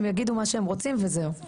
הם יגידו מה שהם רוצים וזהו.